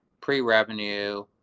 pre-revenue